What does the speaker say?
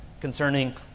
concerning